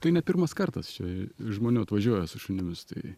tai ne pirmas kartas čia žmonių atvažiuoja su šunimis tai